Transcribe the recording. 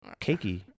cakey